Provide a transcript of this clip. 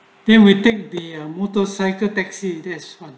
then we take the a motorcycle taxi this one